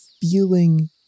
feeling